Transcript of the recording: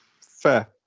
fair